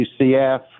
UCF